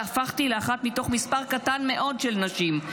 והפכתי לאחת מתוך מספר קטן מאוד של נשים,